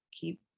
keep